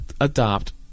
adopt